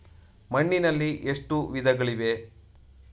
ಮಣ್ಣಿನಲ್ಲಿ ಎಷ್ಟು ವಿಧಗಳಿವೆ?